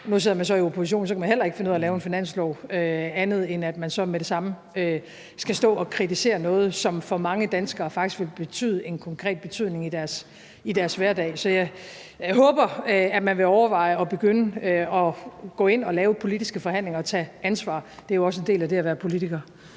Nu sidder man så i opposition. Så kan man heller ikke finde ud af at lave en finanslov, andet end at man så med det samme skal stå og kritisere noget, som for mange danskere faktisk vil få en konkret betydning i deres hverdag. Så jeg håber, at man vil overveje at begynde at gå ind og lave politiske forhandlinger og tage ansvar. Det er jo også en del af det at være politiker.